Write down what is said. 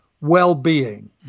well-being